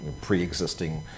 pre-existing